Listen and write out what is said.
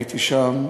הייתי שם,